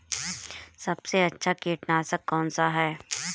सबसे अच्छा कीटनाशक कौनसा है?